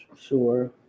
Sure